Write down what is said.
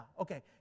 okay